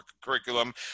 curriculum